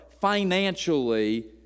financially